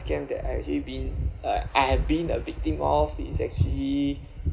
scam that I have been uh I have been a victim of its actually